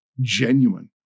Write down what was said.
genuine